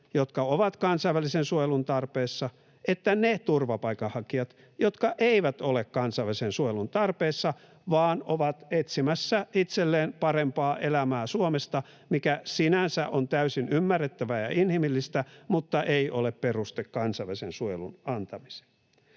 jotka ovat kansainvälisen suojelun tarpeessa, että ne turvapaikanhakijat, jotka eivät ole kansainvälisen suojelun tarpeessa vaan ovat etsimässä itselleen parempaa elämää Suomesta, mikä sinänsä on täysin ymmärrettävää ja inhimillistä mutta ei ole peruste kansainvälisen suojelun antamiseen?